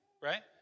right